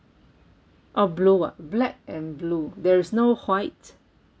oh blue ah black and blue there's no white